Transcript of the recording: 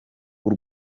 w’u